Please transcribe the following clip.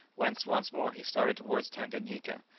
whence once more he started towards tanganyika.